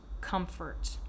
comfort